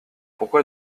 pourquoi